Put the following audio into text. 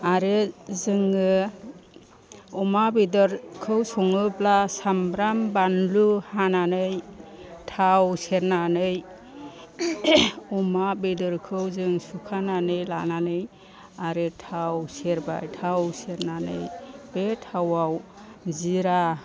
आरो जोङो अमा बेदरखौ सङोब्ला सामब्राम बानलु हानानै थाव सेरनानै अमा बेदरखौ जों सुखानानै लानानै आरो थाव सेरबाय थाव सेरनानै बे थावआव जिरा